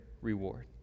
reward